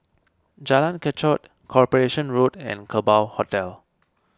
Jalan Kechot Corporation Road and Kerbau Hotel